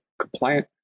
compliant